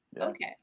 Okay